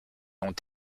ont